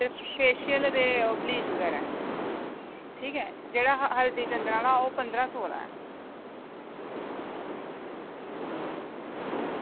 ते ओह् फेशियल ते ब्लीच बगैरा ते जेह्ड़ा हल्दी चंदन आह्ला ओह् पंद्रहां सौ दा